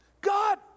God